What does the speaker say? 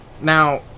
Now